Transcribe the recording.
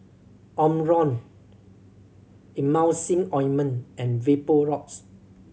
Omron Emulsying Ointment and Vapodrops